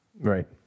Right